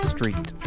Street